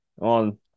On